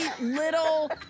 little